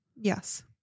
Yes